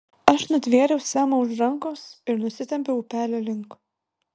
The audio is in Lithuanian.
aš nutvėriau semą už rankos ir nusitempiau upelio link